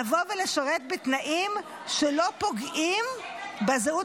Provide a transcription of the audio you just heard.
לבוא ולשרת בתנאים שלא פוגעים בזהות